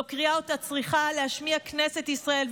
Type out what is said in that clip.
זו קריאה שאותה צריכה להשמיע כנסת ישראל,